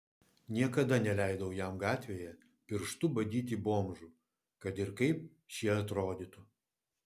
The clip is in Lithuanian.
niekada neleidau jam gatvėje pirštu badyti bomžų kad ir kaip šie atrodytų